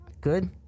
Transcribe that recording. good